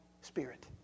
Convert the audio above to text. spirit